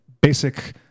basic